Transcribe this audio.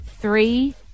three